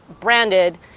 branded